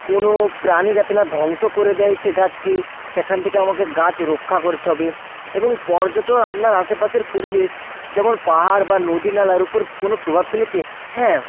কোনো প্রাণী যাতে না ধ্বংস করে দেয় সে গাছকে সেখান থেকে আমাকে গাছ রক্ষা করতে হবে এবং পর্যটন আপনার আশেপাশের পরিবেশ যেমন পাহাড় বা নদী নালার উপর কোনো প্রভাব ফেলেছে হ্যাঁ